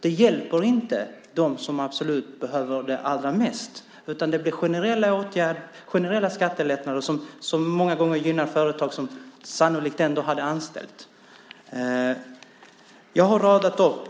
Det hjälper inte dem som absolut behöver det allra mest, utan det blir generella skattelättnader, som många gånger gynnar företag som sannolikt ändå hade anställt. Jag har radat upp